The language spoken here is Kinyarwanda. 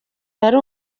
yari